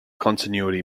continuity